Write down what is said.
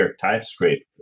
TypeScript